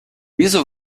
wieso